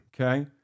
Okay